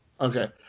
Okay